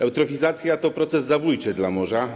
Eutrofizacja to proces zabójczy dla morza.